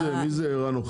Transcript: מי זה ערן אוחנה?